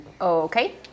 Okay